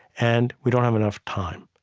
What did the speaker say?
and we don't have enough time.